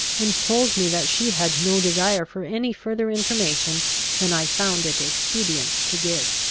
and told me that she had no desire for any further information than i found it expedient to give.